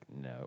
No